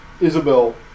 Isabel